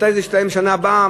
מתי זה יסתיים בשנה הבאה.